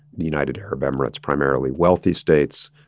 the united arab emirates primarily wealthy states.